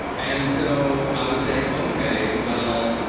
and so i would say, ok, well,